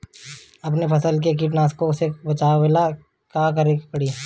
अपने फसल के कीटनाशको से बचावेला का करे परी?